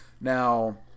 Now